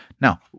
Now